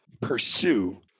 pursue